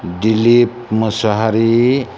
Dilip Mosahary